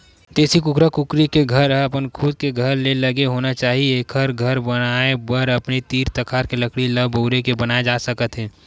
देसी कुकरा कुकरी के घर ह अपन खुद के घर ले लगे होना चाही एखर घर बनाए बर अपने तीर तखार के लकड़ी ल बउर के बनाए जा सकत हे